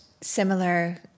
similar